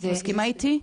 את מסכימה איתי?